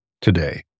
today